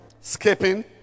Skipping